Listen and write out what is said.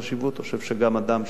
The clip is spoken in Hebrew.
אני חושב שגם אדם שלומד